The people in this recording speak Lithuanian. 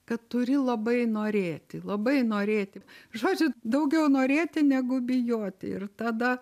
kad turi labai norėti labai norėti žodžiu daugiau norėti negu bijoti ir tada